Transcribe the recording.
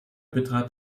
betrat